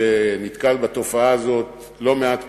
שנתקל בתופעה הזאת לא מעט פעמים,